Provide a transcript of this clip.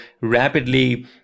rapidly